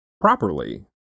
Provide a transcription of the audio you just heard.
properly